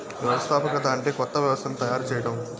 వ్యవస్థాపకత అంటే కొత్త వ్యవస్థను తయారు చేయడం